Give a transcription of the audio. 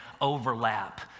overlap